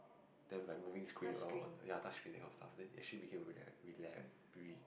they have like moving screen around on ya touch screen that kind of stuff then actually became